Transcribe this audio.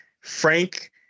Frank